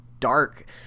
dark